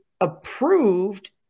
approved